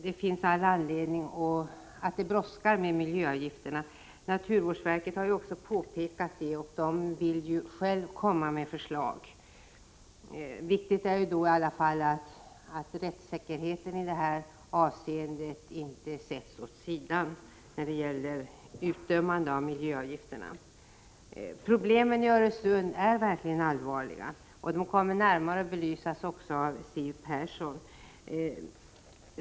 Jag anser att det brådskar med miljöavgifter. Naturvårdsverket har också påpekat det och vill själv komma med förslag. Viktigt är att rättssäkerheten när det gäller utdömandet av miljöavgifterna inte sätts åt sidan. Problemen i Öresund är verkligen allvarliga. Detta kommer att belysas närmare av Siw Persson.